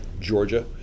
georgia